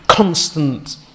Constant